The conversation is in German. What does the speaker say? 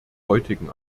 heutigen